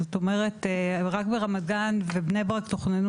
זאת אומרת רק ברמת גן ובני ברק תוכננו